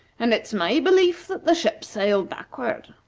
and it's my belief that the ship sailed backward.